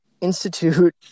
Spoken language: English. institute